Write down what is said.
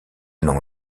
n’en